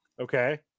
Okay